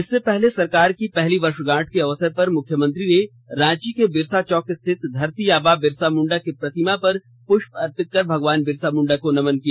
इससे पहले सरकार की पहली वर्षगांठ के अवसर पर मुख्यमंत्री ने रांची के बिरसा चौक स्थित धरती आबा बिरसा मुंडा की प्रतिमा पर पुष्प अर्पित कर भगवान बिरसा मुंडा को नमन किया